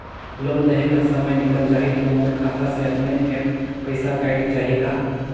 Loan देहे कर समय निकल जाही तो मोर खाता से अपने एप्प पइसा कट जाही का?